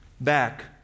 back